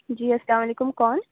جی السّلام علیکم کون